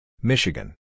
Michigan